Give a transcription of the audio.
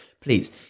please